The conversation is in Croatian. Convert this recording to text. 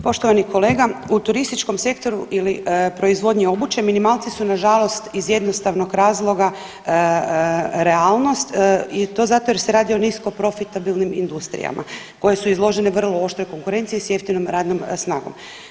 Poštovani kolega, u turističkom sektoru ili proizvodnji obuće minimalci su nažalost iz jednostavnog razloga realnost i to zato jer se radi o nisko profitabilnim industrijama koje su izložene vrlo oštroj konkurenciji s jeftinom radnom snagom.